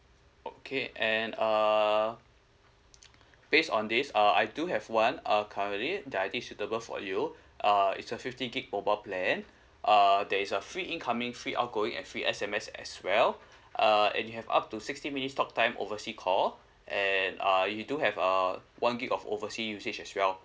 okay and uh based on this uh I do have one uh currently that I think suitable for you uh it's a fifty gigabyte mobile plan uh there is a free incoming free outgoing and free S_M_S as well uh and you have up to sixty minutes talk time oversea call and uh you do have uh one gigabyte of overseas usage as well